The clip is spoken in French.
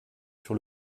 sur